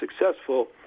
successful